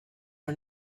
are